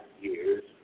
years